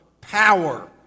power